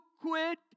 quit